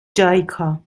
جایکا